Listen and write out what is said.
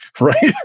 Right